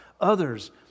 others